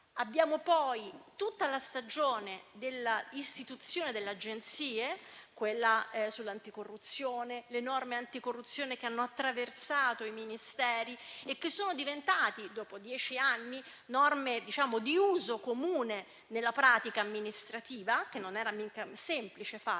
Abbiamo poi tutta la stagione dell'istituzione delle agenzie, tra le quali l'Anticorruzione. Le norme anticorruzione hanno attraversato i Ministeri e sono diventate, dopo dieci anni, di uso comune nella pratica amministrativa, il che non era semplice.